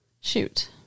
Shoot